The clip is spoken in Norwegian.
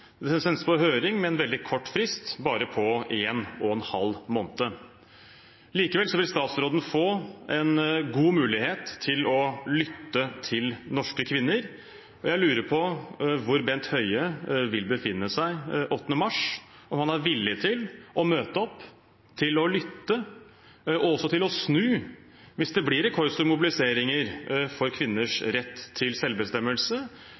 sendes på høring med en veldig kort frist – bare på en og en halv måned. Likevel vil statsråden få en god mulighet til å lytte til norske kvinner. Jeg lurer på hvor Bent Høie vil befinne seg den 8. mars – om han er villig til å møte opp, til å lytte og også til å snu hvis det blir rekordstore mobiliseringer for kvinners rett til selvbestemmelse,